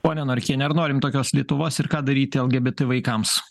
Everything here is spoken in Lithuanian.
pone norkiene ar norim tokios lietuvos ir ką daryti lgbt vaikams